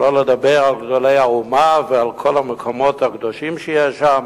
שלא לדבר על גדולי האומה ועל כל המקומות הקדושים שיש שם,